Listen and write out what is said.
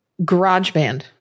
GarageBand